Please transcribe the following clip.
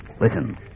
Listen